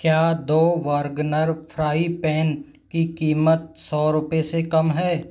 क्या दो वर्गनर फ़्राई पैन की कीमत सौ रुपए से कम है